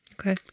Okay